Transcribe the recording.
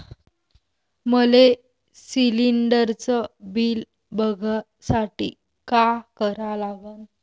मले शिलिंडरचं बिल बघसाठी का करा लागन?